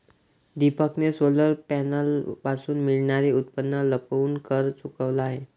दीपकने सोलर पॅनलपासून मिळणारे उत्पन्न लपवून कर चुकवला आहे